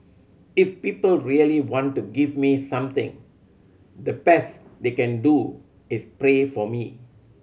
if people really want to give me something the best they can do is pray for me